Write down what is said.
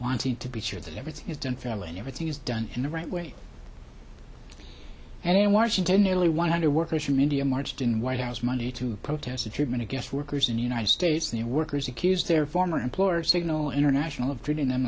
wanting to be sure that everything is done fairly and everything is done in the right way and in washington nearly one hundred workers from india marched in white house monday to protest the treatment of guest workers in the united states the workers accuse their former employers signal international of treating them